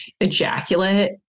ejaculate